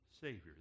Savior